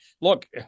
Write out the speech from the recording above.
look